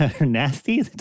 nasty